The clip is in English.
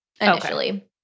initially